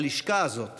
הלשכה הזאת